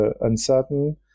uncertain